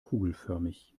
kugelförmig